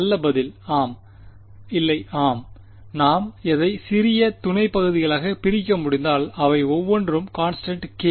நல்ல பதில் ஆம் இல்லை ஆம் நான் அதை சிறிய துணை பகுதிகளாக பிரிக்க முடிந்தால் அவை ஒவ்வொன்றும் கான்ஸ்டன்ட் k